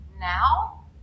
now